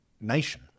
nation